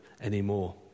anymore